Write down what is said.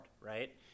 right